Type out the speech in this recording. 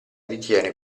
ritiene